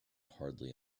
hardly